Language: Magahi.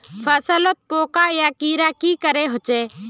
फसलोत पोका या कीड़ा की करे होचे?